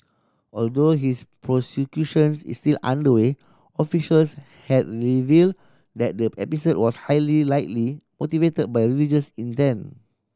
although his prosecutions is still underway officials have revealed that the episode was highly likely motivated by religious intent